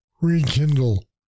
rekindle